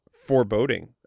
foreboding